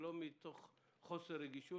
זה לא מתוך חוסר רגישות.